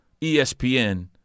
ESPN